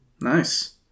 nice